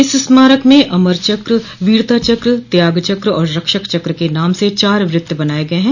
इस स्मारक में अमर चक्र वीरता चक्र त्याग चक्र और रक्षक चक्र के नाम से चार वृत्त बनाये गये हैं